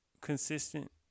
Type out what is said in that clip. consistent